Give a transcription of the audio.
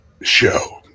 show